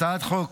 הצעת החוק